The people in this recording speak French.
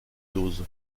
dose